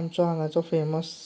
आमचो हांगाचो फेमस